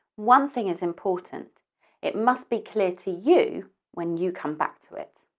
one thing is important it must be clear to you when you come back to it.